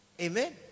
Amen